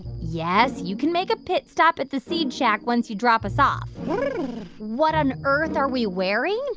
yes, you can make a pit stop at the seed shack once you drop us off what on earth are we wearing?